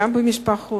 גם במשפחות,